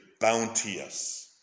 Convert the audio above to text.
bounteous